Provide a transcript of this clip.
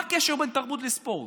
מה הקשר בין תרבות לספורט?